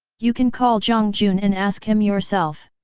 you can call jiang jun and ask him yourself.